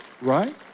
right